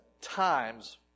times